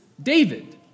David